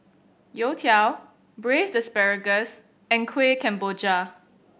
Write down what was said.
Youtiao Braised Asparagus and Kueh Kemboja